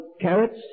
carrots